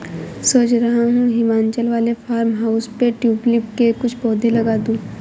सोच रहा हूं हिमाचल वाले फार्म हाउस पे ट्यूलिप के कुछ पौधे लगा दूं